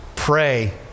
Pray